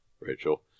Rachel